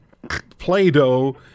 Play-Doh